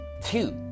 two